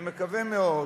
אני מקווה מאוד